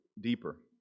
deeper